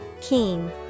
Keen